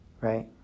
right